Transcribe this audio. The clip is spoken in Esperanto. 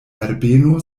herbeno